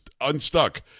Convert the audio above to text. unstuck